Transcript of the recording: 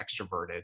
extroverted